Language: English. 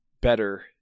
better